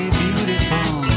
beautiful